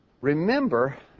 remember